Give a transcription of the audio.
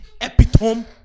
epitome